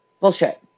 bullshit